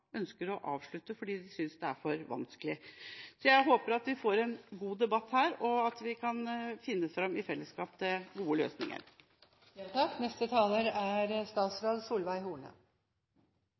ønsker å avslutte fordi de synes det er for vanskelig. Jeg håper vi får en god debatt her, og at vi i fellesskap kan finne fram til gode løsninger.